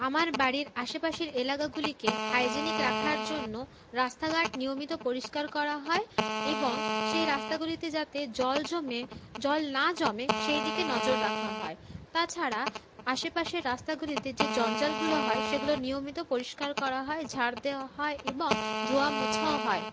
আমার বাড়ির আশেপাশের এলাকাগুলিকে হাইজেনিক রাখার জন্য রাস্তাঘাট নিয়মিত পরিষ্কার করা হয় এবং সেই রাস্তাগুলিতে যাতে জল জমে জল না জমে সেই দিকে নজর রাখা হয় তাছাড়া আশেপাশের রাস্তাগুলিতে যে জঞ্জালগুলো হয় সেগুলো নিয়মিত পরিষ্কার করা হয় ঝাঁট দেওয়া হয় এবং ধোয়ামোছাও হয়